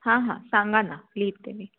हां हां सांगा ना लिहिते मी